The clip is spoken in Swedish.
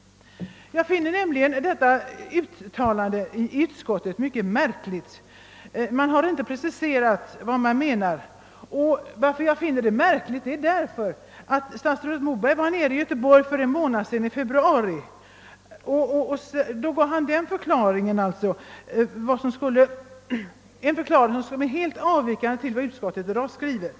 Uttalandet i utskottsutlåtandet finner jag mycket märkligt. Man har inte preciserat vad man menat. Anledningen till att jag finner uttalandet så märkligt är vad statsrådet Moberg yttrade för en månad sedan vid ett besök i Göteborg. Han gav där en förklaring i den här frågan som helt avviker från vad utskottet i dag skriver.